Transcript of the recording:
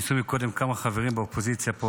ניסו קודם כמה חברים באופוזיציה פה,